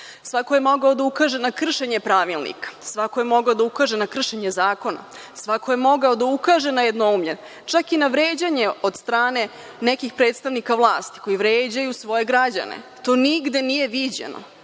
Svako je mogao da ukaže na kršenje pravilnika, svako je mogao da ukaže na kršenje zakona. Svako je mogao da ukaže na jednoumlje, čak i na vređanje od strane nekih predstavnika vlasti koji vređaju svoje građane. To nigde nije viđeno